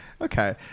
Okay